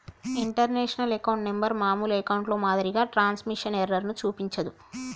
international account number మామూలు అకౌంట్లో మాదిరిగా ట్రాన్స్మిషన్ ఎర్రర్ ను చూపించదు